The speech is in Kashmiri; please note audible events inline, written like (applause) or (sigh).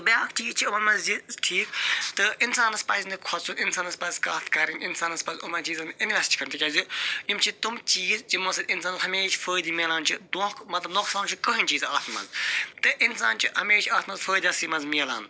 بیٛاکھ چیٖز چھِ یِمو منٛز یہِ (unintelligible) تہٕ اِنسانس پَزِ نہٕ کھوٚژُن اِنسانس پَزِ کَتھ کَرٕنۍ اِنسانس پَزِ یِمن چیٖزن منٛز اِنوٮ۪سٹ کرٕنۍ تِکیٛازِ یِم چھِ تِم چیٖز یِمو سۭتۍ اِنسانَس ہمیشہِ فٲیدٕ مِلان چھُ دۄنٛکھٕ مطلب نۄقصان چھُ کٕہۭنۍ چیٖز اتھ منٛز تہٕ اِنسان چھِ ہمیش اتھ منٛز فٲیدسٕے منٛز مِلان